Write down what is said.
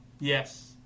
Yes